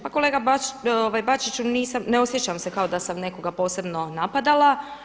Pa kolega Bačiću, ne osjećam se kao da sam nekoga posebno napadala.